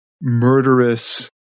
murderous